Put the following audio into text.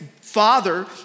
father